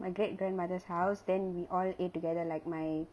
my great grandmother's house then we all ate together like my